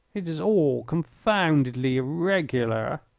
it is all confoundedly irregular,